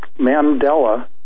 Mandela